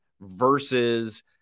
versus